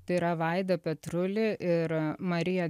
tai yra vaida petruli ir marija